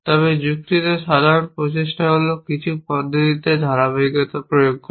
তবে যুক্তিতে সাধারণ প্রচেষ্টা হল কিছু পদ্ধতিতে ধারাবাহিকতা প্রয়োগ করা